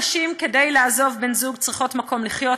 כדי לעזוב בן-זוג נשים צריכות מקום לחיות,